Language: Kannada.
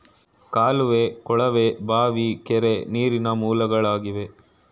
ಕಾಲುವೆ, ಕೊಳವೆ ಬಾವಿ, ಕೆರೆ, ನೀರಿನ ಮೂಲಗಳಾಗಿವೆ